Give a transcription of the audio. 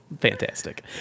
fantastic